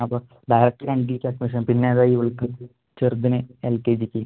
അപ്പം direct complete admission പിന്നെ ഏതാ ഇവൾക്ക് ചെറുതിന് എൽ കെ ജിക്ക്